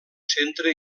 centre